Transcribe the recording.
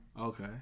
Okay